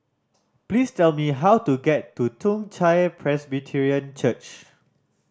please tell me how to get to Toong Chai Presbyterian Church